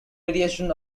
variation